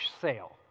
sale